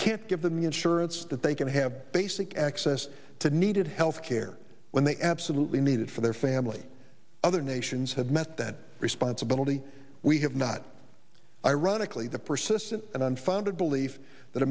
can't give them the insurance that they can have basic access to needed health care when they absolutely needed for their family other nations have met that responsibility we have not ironically the persistent and unfounded belief that